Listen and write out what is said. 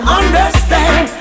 understand